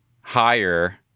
higher